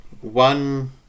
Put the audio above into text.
one